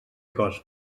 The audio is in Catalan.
cost